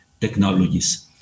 technologies